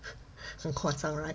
so 夸张 right